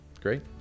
Great